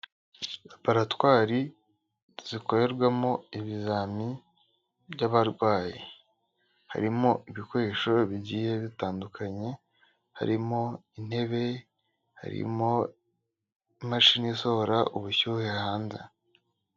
Laboratwari zikorerwamo ibizami by'abarwayi, harimo ibikoresho bigiye bitandukanye, harimo intebe, harimo imashini isohora ubushyuhe hanze.